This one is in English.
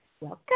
Welcome